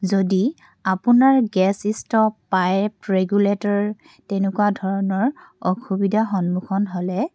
যদি আপোনাৰ gas stove pipe regulator তেনেকুৱা ধৰণৰ অসুবিধাৰ সন্মুখীন হ'লে